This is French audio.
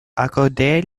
accorder